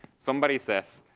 somebody says,